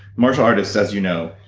martial artists, as you know,